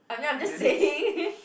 I mean I'm just saying